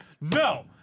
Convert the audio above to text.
no